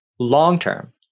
Long-term